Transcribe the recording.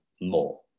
more